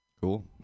Cool